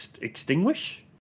extinguish